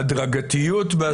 הדרגתיות בהסרת החיסיון?